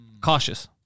Cautious